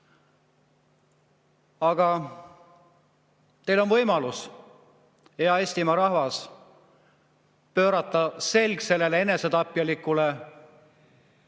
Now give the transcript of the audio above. Aga teil on võimalus, hea Eestimaa rahvas, pöörata selg sellele enesetapjalikule